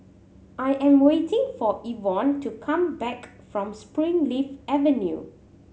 I am waiting for Evon to come back from Springleaf Avenue